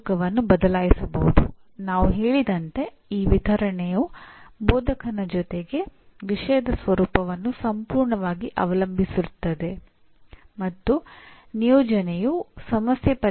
ಪಠ್ಯಕ್ರಮ ವಿನ್ಯಾಸದ ಎರಡನೇ ಪಠ್ಯದಲ್ಲಿ ನಾವು ಅಂದಾಜುವಿಕೆಯನ್ನು ಪರಿಣಾಮಗಳಿಗೆ ಬಲವಾಗಿ ಲಿಂಕ್ ಮಾಡುತ್ತೇವೆ